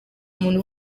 muntu